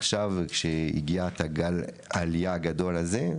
עכשיו כשהגיע הגל עלייה הגדול הזה,